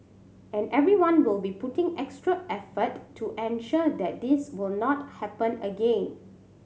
and everyone will be putting extra effort to ensure that this will not happen again